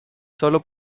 sólo